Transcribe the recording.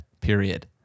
period